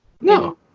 No